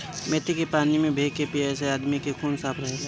मेथी के पानी में भे के पियला से आदमी के खून साफ़ रहेला